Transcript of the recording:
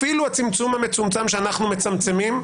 אפילו הצמצום המצומצם שאנחנו מצמצמים,